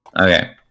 okay